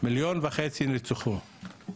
מיליון וחצי נרצחו.